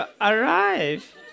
arrive